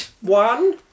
one